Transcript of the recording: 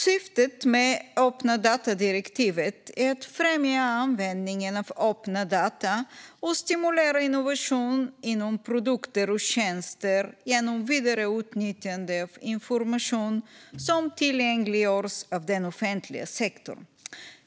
Syftet med öppna data-direktivet är att främja användningen av öppna data och stimulera innovation inom produkter och tjänster genom vidareutnyttjande av information som tillgängliggörs av den offentliga sektorn.